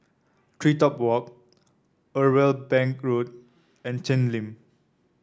TreeTop Walk Irwell Bank Road and Cheng Lim